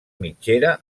mitgera